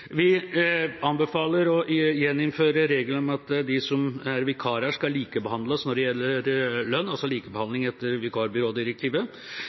Vi anbefaler å gjeninnføre regelen om at de som er vikarer, skal likebehandles når det gjelder lønn – likebehandling etter vikarbyrådirektivet.